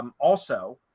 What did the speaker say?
um also,